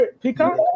peacock